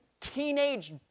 teenage